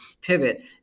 pivot